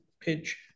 pitch